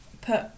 put